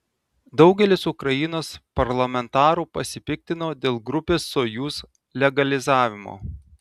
daugelis ukrainos parlamentarų pasipiktino dėl grupės sojuz legalizavimo